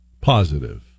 positive